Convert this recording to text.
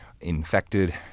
infected